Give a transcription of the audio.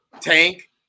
Tank